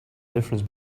difference